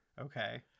Okay